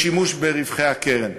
לשימוש ברווחי הקרן.